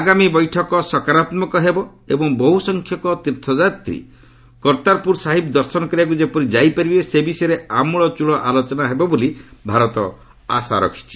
ଆଗାମୀ ବୈଠକ ସକାରାତ୍ମକ ହେବ ଏବଂ ବହୁ ସଂଖ୍ୟକ ତୀର୍ଥଯାତ୍ରୀ କର୍ତ୍ତାରପୁର ସାହିବ୍ ଦର୍ଶନ କରିବାକୁ ଯେପରି ଯାଇ ପାରିବେ ସେ ବିଷୟରେ ଆମ୍ବଳ ଚୁଳ ଆଲୋଚନା ହେବ ବୋଲି ଭାରତ ଆଶା କରୁଛି